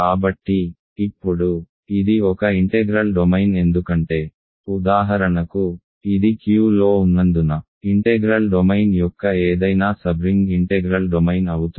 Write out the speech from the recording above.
కాబట్టి ఇప్పుడు ఇది ఒక ఇంటెగ్రల్ డొమైన్ ఎందుకంటే ఉదాహరణకు ఇది Qలో ఉన్నందున ఇంటెగ్రల్ డొమైన్ యొక్క ఏదైనా సబ్రింగ్ ఇంటెగ్రల్ డొమైన్ అవుతుంది